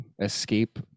escape